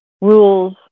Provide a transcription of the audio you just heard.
rules